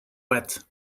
wet